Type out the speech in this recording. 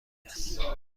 است